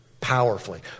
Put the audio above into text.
powerfully